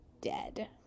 dead